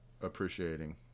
appreciating